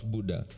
Buddha